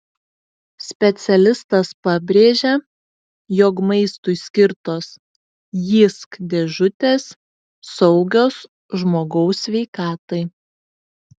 specialistas pabrėžia jog maistui skirtos jysk dėžutės saugios žmogaus sveikatai